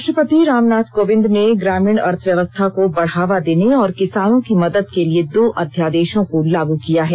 राष्ट्रपति राम नाथ कोविंद ने ग्रामीण अर्थव्यवस्था को बढ़ावा देने और किसानों की मदद के लिये दो अध्यादेशों को लागू किया है